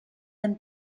them